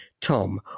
Tom